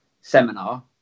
seminar